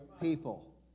people